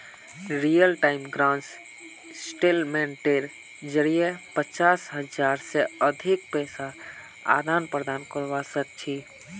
real time gross सेटलमेंटेर जरिये पचास हज़ार से अधिक पैसार आदान प्रदान करवा सक छी